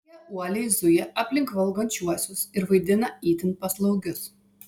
jie uoliai zuja aplink valgančiuosius ir vaidina itin paslaugius